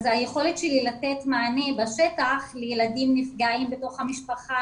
היכולת שלי לתת מענה בשטח לילדים נפגעים בתוך המשפחה,